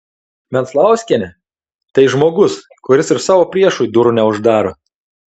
venclauskienė tai žmogus kuris ir savo priešui durų neuždaro